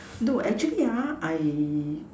no actually I